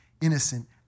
innocent